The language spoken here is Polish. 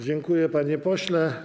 Dziękuję, panie pośle.